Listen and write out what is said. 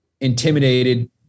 intimidated